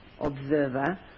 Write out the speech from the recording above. observer